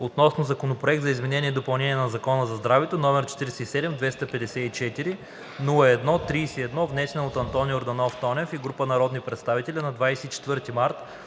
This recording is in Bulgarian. относно Законопроект за изменение и допълнение на Закона за здравето, № 47-254-01-31, внесен от Антон Йорданов Тонев и група народни представители на 24 март